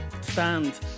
stand